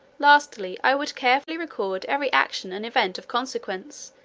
lastly, i would carefully record every action and event of consequence,